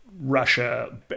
Russia